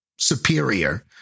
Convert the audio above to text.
superior